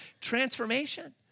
transformation